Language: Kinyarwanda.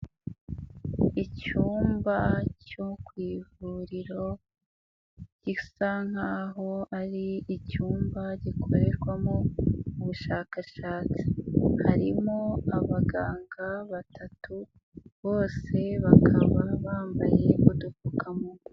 Icyumba cyo ku ivuriro gisa nk'aho ari icyumba gikorerwamo ubushakashatsi, harimo abaganga batatu bose bakaba bambaye udupfukamunwa.